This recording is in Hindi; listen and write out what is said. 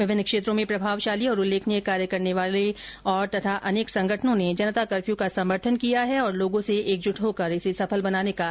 विभिन्न क्षेत्रो में प्रभावशाली और उल्लेखनीय कार्य करने वालों और अनेक संगठनों ने जनता कर्फ्यू का समर्थन किया है तथा लोगों से एकजुट होकर इसे सफल बनाने का आग्रह किया है